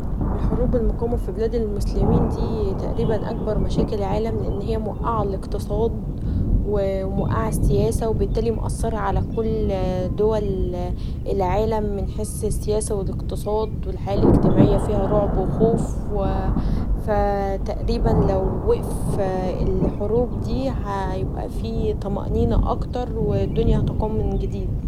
الحروب المقامه في بلاد المسلمين دي تقريبا اكبر مشاكل العالم لأنها موقعه الاقتصاد و موقعه السياسيه و بالتالي و بالتالي مأثره علي كل دول العالم من حيث سياسه و الاقتصاد و الحياه الاجتماعيه فيها رعب و خوف و فتقريبا لو وقف الحروب دي هيبقي في طمأنينه اكتر و الدنيا هتقام من جديد.